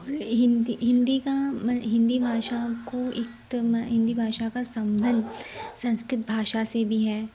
और हिन्दी हिन्दी का हिन्दी भाषा को एक तो मैं हिन्दी भाषा का सम्बंध संस्कृत भाषा से भी है